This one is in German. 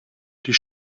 die